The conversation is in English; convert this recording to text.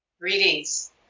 Greetings